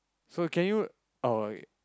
so can you oh okay